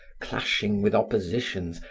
clashing with oppositions,